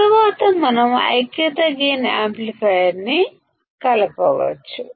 తరువాత మనం unity gain యాంప్లిఫైయర్ను కలపవచ్చు